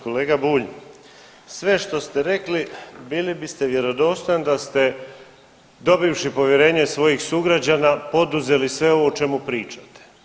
Kolega Bulj, sve što ste rekli bili biste vjerodostojan da ste dobivši povjerenje svojih sugrađana poduzeli sve ovo o čemu pričate.